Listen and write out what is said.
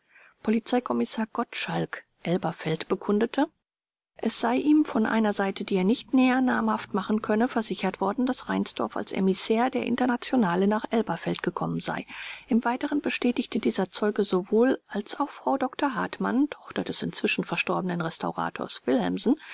polizeikommissar gottschalk elberfeld bekundete es sei ihm von einer seite die er nicht näher namhaft machen könne versichert worden daß reinsdorf als emissär der internationale nach elberfeld gekommen sei im weiteren bestätigte dieser zeuge sowohl als auch frau dr hartmann tochter des inzwischen verstorbenen